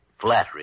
Flattery